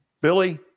Billy